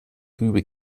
rübe